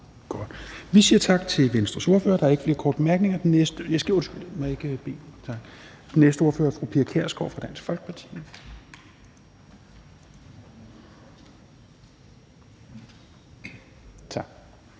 Vi siger tak til Venstres ordfører. Der er ikke flere korte bemærkninger. Den næste ordfører er fru Pia Kjærsgaard fra Dansk Folkeparti.